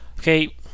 Okay